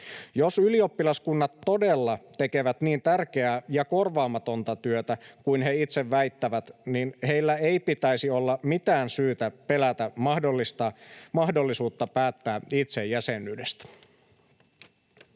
Jos ylioppilaskunnat todella tekevät niin tärkeää ja korvaamatonta työtä kuin he itse väittävät, niin heillä ei pitäisi olla mitään syytä pelätä mahdollisuutta päättää itse jäsenyydestä.